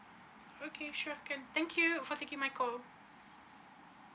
okay sure can thank you for taking my call